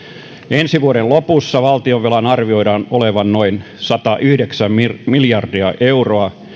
ensi vuoden lopussa valtionvelan arvioidaan olevan noin satayhdeksän miljardia euroa